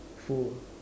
full